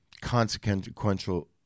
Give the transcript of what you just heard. consequential